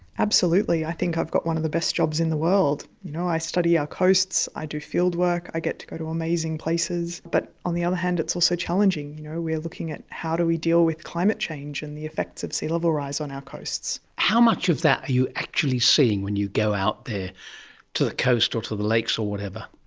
absolutely, i think i've got one of the best jobs in the world. you know i study our coasts, i do fieldwork, i get to go to amazing places, but on the other hand it's also challenging. we are looking at how do we deal with climate change and the effects of sea level rise on our coasts. how much of that are you actually seeing when you go out there to the coast or to the lakes or whatever?